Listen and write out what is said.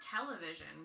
television